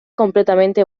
completamente